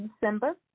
December